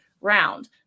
round